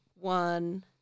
one